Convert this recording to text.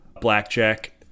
Blackjack